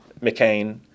McCain